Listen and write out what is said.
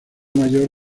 mayor